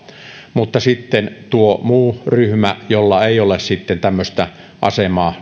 mutta sitten tuon muun ryhmän jolla ei ole tämmöistä asemaa